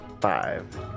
Five